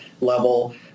level